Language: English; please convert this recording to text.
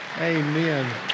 Amen